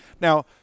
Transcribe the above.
Now